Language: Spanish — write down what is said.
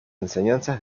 enseñanzas